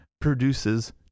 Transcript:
produces